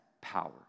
power